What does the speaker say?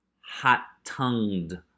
hot-tongued